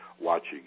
Watching